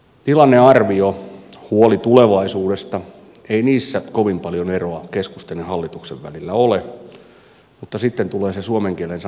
tilannearvio huoli tulevaisuudesta ei niissä kovin paljon eroa keskustan ja hallituksen välillä ole mutta sitten tulee se suomen kielen sana mutta